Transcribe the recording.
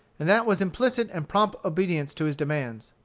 and that was implicit and prompt obedience to his demands.